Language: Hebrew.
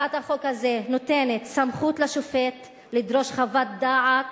הצעת החוק הזאת נותנת סמכות לשופט לדרוש חוות דעת